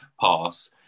pass